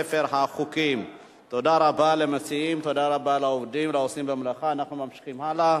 הצעת חוק תשלום קצבאות לחיילי מילואים ולבני משפחותיהם (תיקון מס' 5),